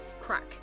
crack